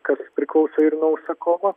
kas priklauso ir nuo užsakovo